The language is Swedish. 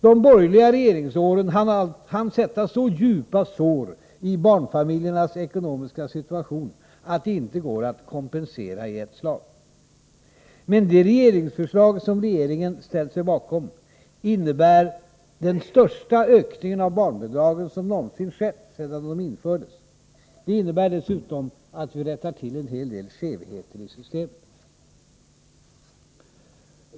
De borgerliga regeringsåren hann ge så djupa sår i barnfamiljernas ekonomiska situation att det inte går att kompensera i ett slag. Men det regeringsförslag som riksdagen ställt sig bakom innebär den största ökning av barnbidragen som någonsin skett sedan de infördes. Det innebär dessutom att vi rättar till en hel del skevheter i systemet.